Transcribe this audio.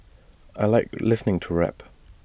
I Like listening to rap